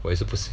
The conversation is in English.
我也是不喜欢